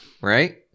right